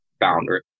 boundary